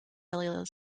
cellular